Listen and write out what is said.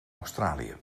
australië